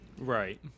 Right